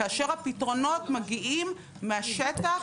כאשר הפתרונות מגיעים מהשטח,